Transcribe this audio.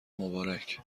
مبارک